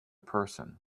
person